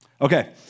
Okay